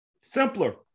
Simpler